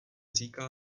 říká